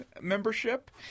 membership